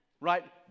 right